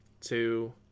two